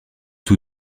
tout